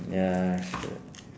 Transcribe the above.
ya